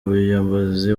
umuyobozi